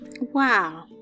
Wow